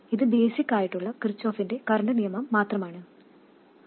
ഇത് ബേസിക് ആയിട്ടുള്ള കിർചോഫിന്റെ കറൻറ് നിയമം മാത്രമാണ് ഇത്